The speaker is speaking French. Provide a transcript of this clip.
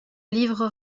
livres